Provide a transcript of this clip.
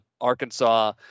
Arkansas